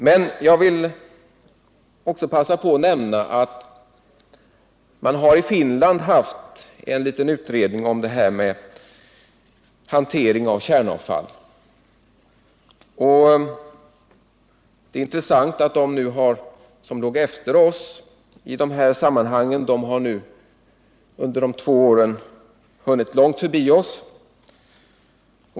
Men jag vill också passa på att nämna att i Finland har det gjorts en liten utredning om hantering av kärnavfall. Det är intressant att notera att man i Finland, som låg efter oss i de här sammanhangen, under de senaste två åren har hunnit långt förbi oss.